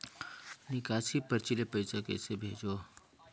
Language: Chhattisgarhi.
निकासी परची ले पईसा कइसे भेजों?